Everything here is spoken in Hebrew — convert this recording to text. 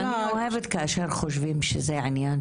אני אוהבת כשחושבים שזה איזה שהוא